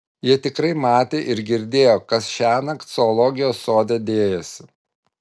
jie tikrai matė ir girdėjo kas šiąnakt zoologijos sode dėjosi